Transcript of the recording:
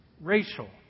Racial